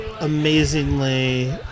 amazingly